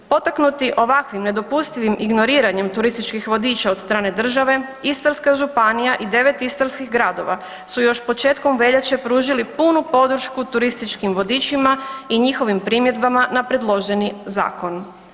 Potaknuti ovakvim nedopustivim ignoriranjem turističkih vodiča od strane države Istarska županija i 9 istarskih gradova su još početkom veljače pružili punu podršku turističkim vodičima i njihovim primjedbama na predloženi zakon.